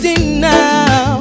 now